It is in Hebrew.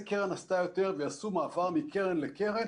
קרן עשתה יותר ויעשו מעבר מקרן לקרן